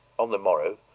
on the morrow,